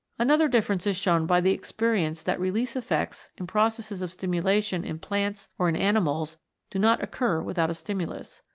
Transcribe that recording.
another difference is shown by the experience that release effects in processes of stimulation in plants or in animals do not occur without a stimulus.